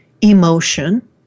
emotion